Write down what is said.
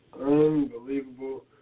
Unbelievable